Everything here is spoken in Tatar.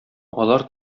алар